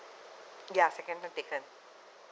ya second not taken